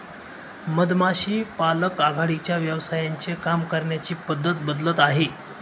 मधमाशी पालक आघाडीच्या व्यवसायांचे काम करण्याची पद्धत बदलत आहे